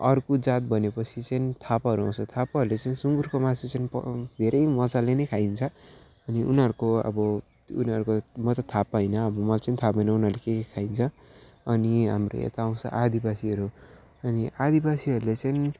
अर्को जात भनेपछि चाहिँ थापाहरू आउँछ थापाहरूले चाहिँ सुँगुरको मासु चाहिँ प धेरै मजाले नै खाइन्छ अनि उनीहरूको अब उनीहरूको म चाहिँ थापा होइन अब मैले चाहिँ थाहा भएन उनीहरूले के खाइन्छ अनि हाम्रो यता आउँछ आदिवासीहरू अनि आदिवासीहरूले चाहिँ